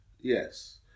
yes